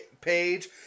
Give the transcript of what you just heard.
page